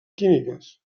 químiques